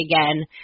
again